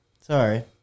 Sorry